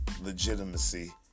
legitimacy